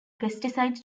pesticide